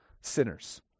sinners